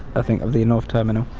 i think, of the north terminal.